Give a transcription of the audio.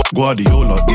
Guardiola